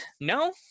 no